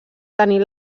tenir